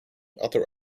other